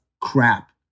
crap